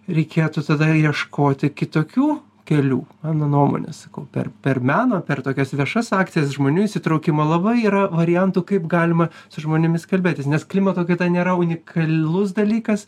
reikėtų tada ieškoti kitokių kelių mano nuomone sakau per per meną per tokias viešas akcijas žmonių įsitraukimą labai yra variantų kaip galima su žmonėmis kalbėtis nes klimato kaita nėra unikalus dalykas